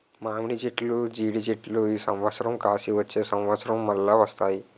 మామిడి చెట్లు జీడి చెట్లు ఈ సంవత్సరం కాసి వచ్చే సంవత్సరం మల్ల వస్తాయి